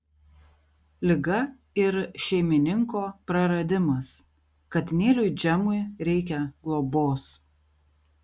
liga ir šeimininko praradimas katinėliui džemui reikia globos